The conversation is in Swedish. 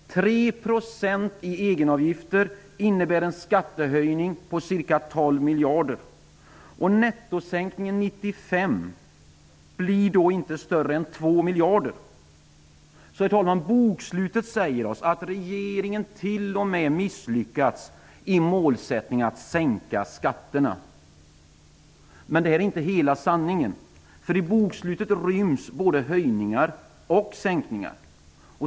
3 % i egenavgifter innebär en skattehöjning på ca 12 miljarder. Nettosänkningen 1995 blir då inte större än 2 Herr talman! Bokslutet säger oss att regeringen t.o.m. har misslyckats med målsättningen att sänka skatterna. Men detta är inte hela sanningen, för i bokslutet ryms både höjningar och sänkningar.